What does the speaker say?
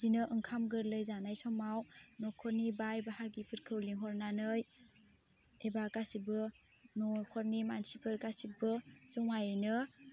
बिदिनो ओंखाम गोरलै जानाय समाव न'खरनि बाइ बाहागिफोरखौ लेंहरनानै एबा गासिबो न'खरनि मानसिफोर गासिब्बो जमायैनो